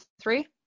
three